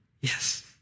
Yes